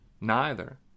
Neither